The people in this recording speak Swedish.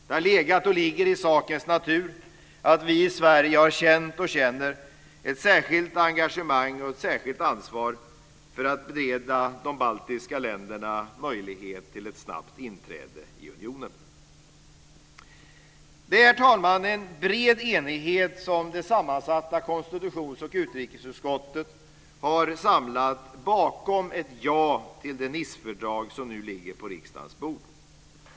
Det har legat och ligger i sakens natur att vi i Sverige har känt och känner ett särskilt engagemang och ett särskilt ansvar för att bereda de baltiska länderna möjlighet till ett snabbt inträde i unionen. Det är, herr talman, en bred enighet som det sammansatta konstitutions och utrikesutskottet har samlat bakom ett ja till det Nicefördrag som nu ligger på riksdagens bord.